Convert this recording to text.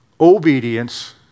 obedience